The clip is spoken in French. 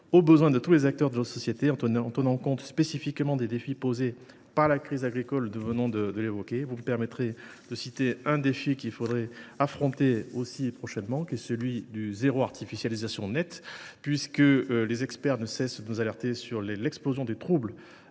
aux besoins de tous les secteurs de notre société, en tenant compte spécifiquement des défis posés par la crise agricole qui viennent d’être évoqués. Vous me permettrez de citer un défi que nous devrions affronter prochainement, celui du « zéro artificialisation nette » (ZAN), puisque les experts ne cessent de nous alerter sur l’explosion des troubles